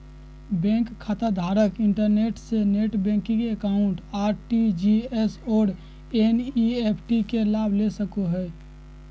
bank खाताधारक internet से net banking account, RTGS और एन.इ.एफ.टी के लाभ ले सको हइ